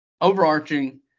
Overarching